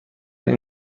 این